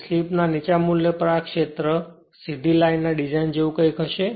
તેથી સ્લિપના નીચા મૂલ્ય પર આ ક્ષેત્ર સીધી લાઇન ડિઝાઇન જેવું કંઈક હશે